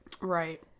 Right